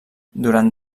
durant